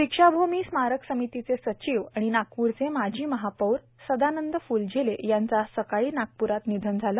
दीक्षाभूमी स्मारक समितीचे सचिव आणि नागप्रचे माजी महापौर सदानंद फ्लझेले यांचं आज सकाळी नागप्रात निधन झालं